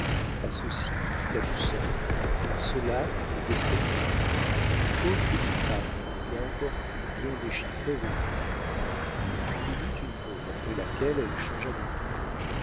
à ceux-ci la douceur à ceux-là le despotisme aucune femme n'a encore pu bien déchiffrer vos cœurs il y eut une pause après laquelle elle changea de